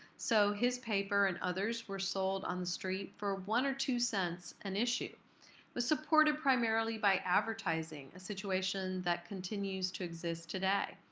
so his paper and others were sold on the street for one or two cents an issue. it was supported primarily by advertising, a situation that continues to exist today.